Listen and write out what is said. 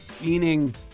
meaning